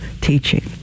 teaching